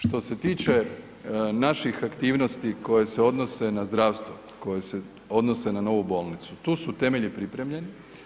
Što se tiče naših aktivnosti koje se odnose na zdravstvo, koje se odnose na Novu bolnicu, tu su temelji pripremljeni.